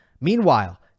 Meanwhile